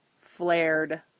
flared